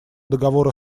договора